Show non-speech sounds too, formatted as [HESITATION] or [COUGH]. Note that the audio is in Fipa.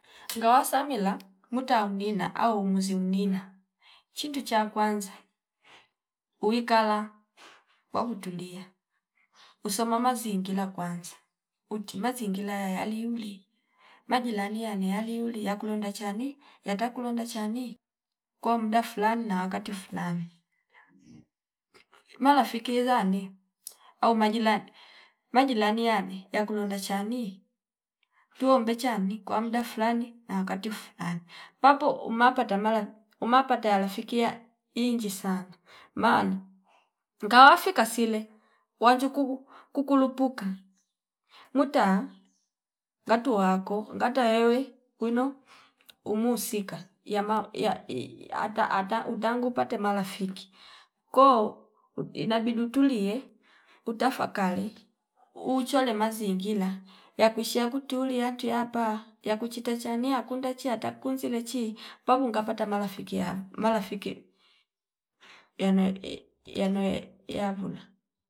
Ngawa samila muta aminina au umunzi mnina chintu cha kwanza uwikala kwa utulia usom mazingila kwanza uti mazingila yali ulili majilani yane yaliuli yaku londa chani yata kulonda chani kwa mdaa fulani na wakati fulani, marafiki izani au majilani majilani yakulonda chani tuombe chani kwa mdaa fulani na wakati fulani papo umapa tamala umapata yalafiki ya inji sana maana ngawa fika sile wanju kuuku kukulupuka muta ngatu wako ngata weiywe wino umu sika yama yai ata- ata utangu pate malafiki ko inabidi utulie utafakali uchole mazingila ya kushie yakutulia twiya yapa yakuchita chani yakunda chiata kunzile chii papu nga pata marafiki yav marafiki yanoe [HESITATION] yanoe yavula